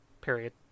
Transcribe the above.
Period